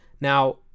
Now